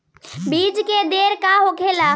बीज के दर का होखेला?